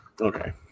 Okay